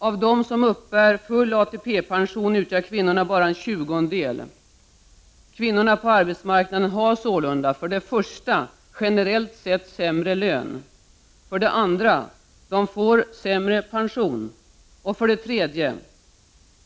Av dem som uppbär full ATP-pension utgör kvinnorna bara en tjugondel. Kvinnor på arbetsmarknaden har sålunda för det första generellt sett sämre lön. För det andra får de sämre pension.